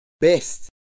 best